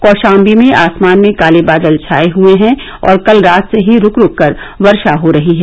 कौशाम्बी में आसमान में काले बादल छाये हये हैं और कल रात से ही रूक रूक कर वर्षा हो रही है